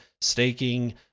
staking